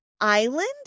island